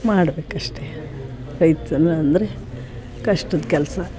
ಮಾಡ್ಬೇಕಷ್ಟೇ ರೈತನ ಅಂದರೆ ಕಷ್ಟದ ಕೆಲಸ